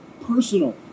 personal